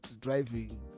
driving